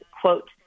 quote